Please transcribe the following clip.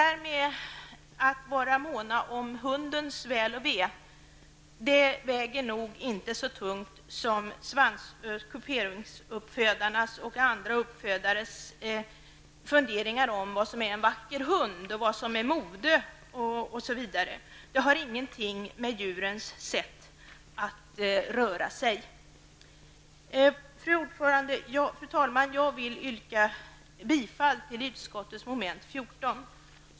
Argumentet att man månar om hundens väl och ve väger nog inte lika tungt som kuperingsuppfödares och andra uppfödares funderingar om vad som är en vacker hund, vad som är mode, osv. Det har ingenting att göra med djurens sätt att röra sig. Fru talman! Jag vill yrka bifall till utskottets hemställan under mom. 14.